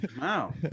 wow